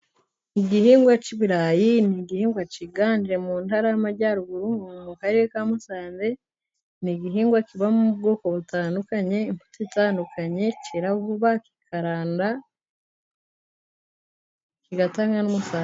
Igihingwa k'ibirayi ni igihingwa kiganje mu Ntara y'Amajyaruguru mu karere ka Musanze ni igihingwa kibamo bwoko butandukanye imbuto itandukanye kera vuba kikaranda kigatanga n'umusaruro.